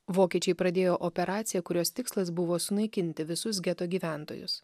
vokiečiai pradėjo operaciją kurios tikslas buvo sunaikinti visus geto gyventojus